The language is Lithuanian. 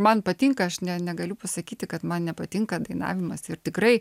man patinka aš ne negaliu pasakyti kad man nepatinka dainavimas ir tikrai